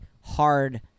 hard